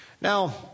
Now